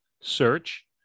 search